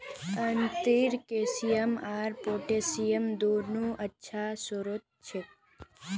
अंजीर कैल्शियम आर पोटेशियम दोनोंरे अच्छा स्रोत छे